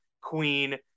queen